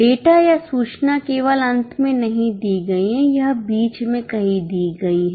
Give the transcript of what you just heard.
data या सूचना केवल अंत में नहीं दी गई है यह बीच में कहीं दी गई है